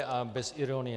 A bez ironie.